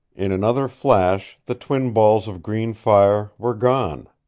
in another flash the twin balls of green fire were gone.